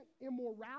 immorality